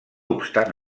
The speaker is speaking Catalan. obstant